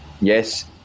Yes